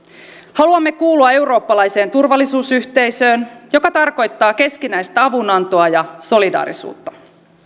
haluamme kuulua eurooppalaiseen turvallisuusyhteisöön mikä tarkoittaa keskinäistä avun antoa ja solidaarisuutta